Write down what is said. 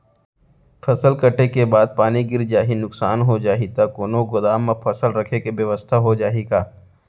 फसल कटे के बाद पानी गिर जाही, नुकसान हो जाही त कोनो गोदाम म फसल रखे के बेवस्था हो जाही का?